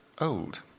old